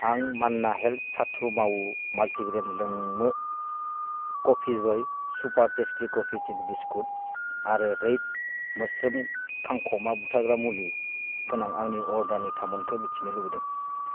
आं मान्ना हेल्थ साथु मावु माल्टिग्रेन लोंमु coffee super tasty coffee tin biscuit आरो रैद मोस्रोम खांखमा बुथारग्रा मुलि गोनां आंनि अर्डारनि थामानखौ मिथिनो लुबैदों